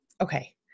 okay